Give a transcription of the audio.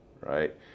right